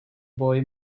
boy